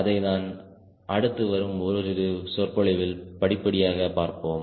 அதை நாம் அடுத்து வரும் ஓரிரு சொற்பொழிவில் படிப்படியாக பார்ப்போம்